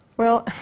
well,